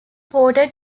ported